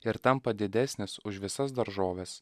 ir tampa didesnis už visas daržoves